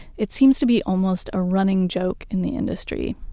it seems to be almost a running joke in the industry.